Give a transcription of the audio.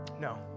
No